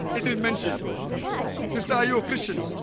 it is mentioned since are you a christian?